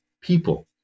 people